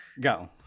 Go